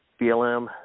BLM